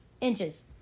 inches